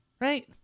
Right